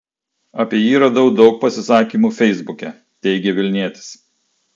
apie jį radau daug pasisakymų feisbuke teigė vilnietis